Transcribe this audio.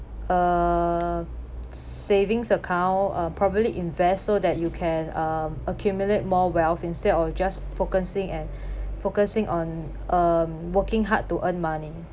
uh savings account uh probably invest so that you can um accumulate more wealth instead of just focusing and focusing on um working hard to earn money